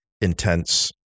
intense